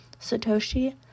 Satoshi